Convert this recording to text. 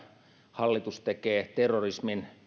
hallitus tekee terrorismin